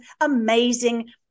amazing